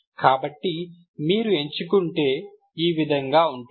కాబట్టి మీరు ఎంచుకుంటే ఈ విధంగా ఉంటుంది